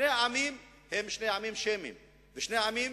שני העמים הם שני עמים שמיים ושני העמים